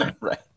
Right